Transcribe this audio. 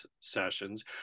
sessions